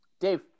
Dave